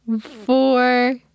four